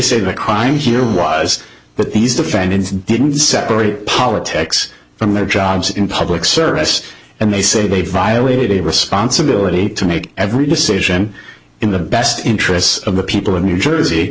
say the crime here was but these defendants didn't separate politics from their jobs in public service and they say they violated a responsibility to make every decision in the best interests of the people of new jersey